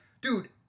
dude